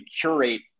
curate